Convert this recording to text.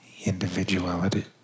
individuality